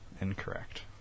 Incorrect